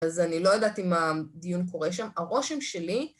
אז אני לא יודעת אם הדיון קורה שם, הרושם שלי...